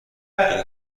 این